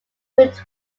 through